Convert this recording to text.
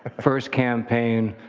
first campaign.